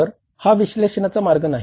तर हा विश्लेषणाचा मार्ग नाही